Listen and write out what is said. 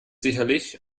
sicherlich